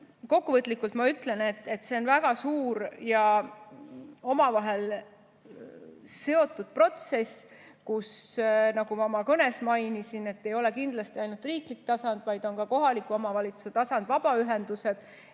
kokkuvõtlikult ma ütlen, et see on väga suur ja omavahel seotud protsess, kus, nagu ma ka oma kõnes mainisin, ei ole kindlasti ainult riiklik tasand, vaid on ka kohaliku omavalitsuse tasand, vabaühendused.